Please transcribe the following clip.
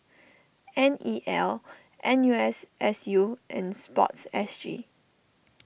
N E L N U S S U and Sports S G